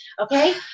Okay